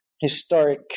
historic